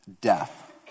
death